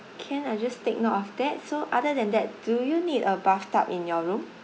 can I just take note of that so other than that do you need a bathtub in your room